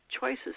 choices